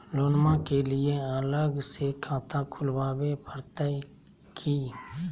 लोनमा के लिए अलग से खाता खुवाबे प्रतय की?